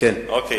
אוקיי.